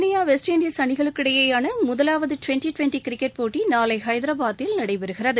இந்திய West Indies அணிகளுக்கிடையிவான முதவாவது டுவெண்டி டுவெண்டி கிரிக்கெட் போட்டி நாளை ஹைதராபாத்தில் நடைபெறுகிறது